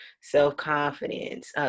self-confidence